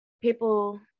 people